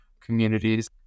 communities